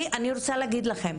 אני רוצה להגיד לכם,